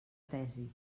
tesi